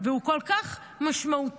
והוא כל כך משמעותי,